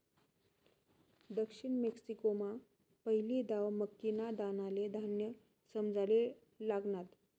दक्षिण मेक्सिकोमा पहिली दाव मक्कीना दानाले धान्य समजाले लागनात